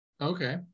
Okay